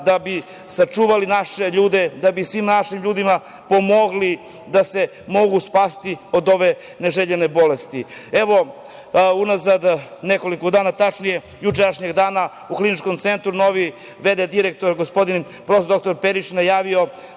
da bi sačuvali naše ljude, da bi svim našim ljudima pomogli da se mogu spasiti od ove neželjene bolesti. Unazad, nekoliko dana tačnije, jučerašnjeg dana u Kliničkom centru novi v.d. direktor, gospodin prof. dr Perišić, najavio